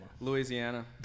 Louisiana